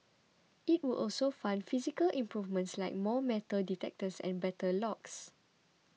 it would also fund physical improvements like more metal detectors and better locks